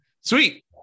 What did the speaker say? Sweet